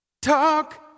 Talk